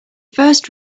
first